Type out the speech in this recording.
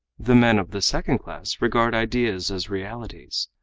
the men of the second class regard ideas as realities.